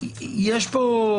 שיש פה,